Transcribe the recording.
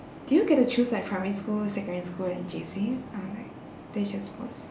do you get to choose like primary school secondary school and J_C or like they just post